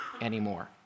anymore